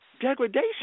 degradation